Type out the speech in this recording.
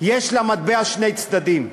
יש למטבע שני צדדים.